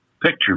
picture